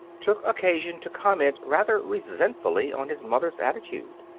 took occasion to comment rather resentfully on his mother's attitude.